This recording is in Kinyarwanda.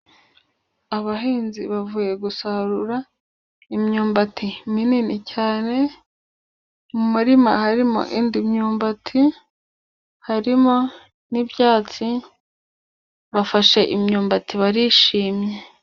Abahinzi bavuye gusarura imyumbati minini cyane, mu murima harimo indi myumbati harimo n'ibyatsi, bafashe imyumbati barishimye.